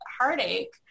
heartache